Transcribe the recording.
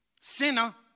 sinner